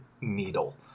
needle